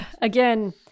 again